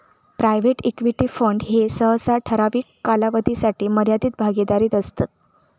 private equity fund ह्ये सहसा ठराविक कालावधीसाठी मर्यादित भागीदारीत असतत